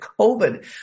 COVID